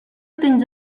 tens